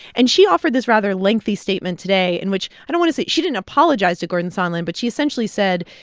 and she offered this rather lengthy statement today in which i don't want to say she didn't apologize to gordon sondland, but she essentially said,